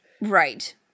Right